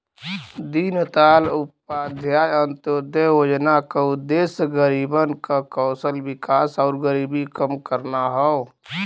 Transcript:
दीनदयाल उपाध्याय अंत्योदय योजना क उद्देश्य गरीबन क कौशल विकास आउर गरीबी कम करना हौ